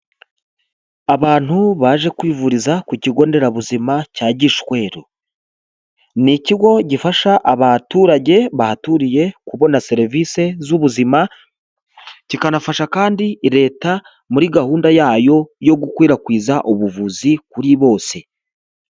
Abantu baje kwivuriza ku kigo nderabuzima cya Gishweru, ni ikigo gifasha abaturage bahaturiye kubona serivisi z'ubuzima, kikanafasha kandi leta muri gahunda yayo yo gukwirakwiza ubuvuzi kuri bose.